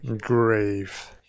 Grave